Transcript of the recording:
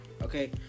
okay